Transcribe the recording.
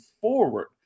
forward